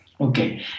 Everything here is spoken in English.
Okay